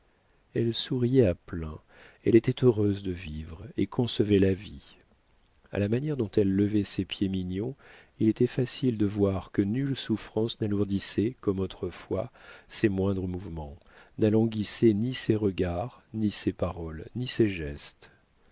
elle souriait à plein elle était heureuse de vivre et concevait la vie a la manière dont elle levait ses pieds mignons il était facile de voir que nulle souffrance n'alourdissait comme autrefois ses moindres mouvements n'alanguissait ni ses regards ni ses paroles ni ses gestes